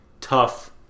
tough